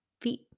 feet